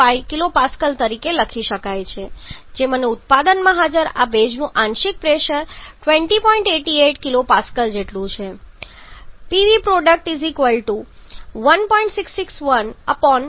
325 kPa તરીકે લખી શકાય છે જે મને ઉત્પાદનમાં હાજર આ ભેજનું આંશિક પ્રેશર 20